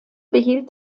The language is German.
behielt